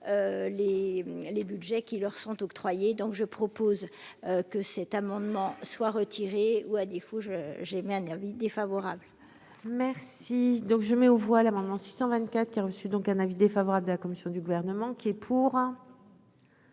les Budgets qui leur sont octroyés donc je propose que cet amendement soit retiré ou à défaut je j'émets un avis défavorable. Merci donc je mets aux voix l'amendement 624 qui a reçu, donc un avis défavorable de la commission du gouvernement qui est pour.